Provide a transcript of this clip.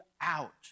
out